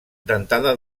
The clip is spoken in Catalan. dentada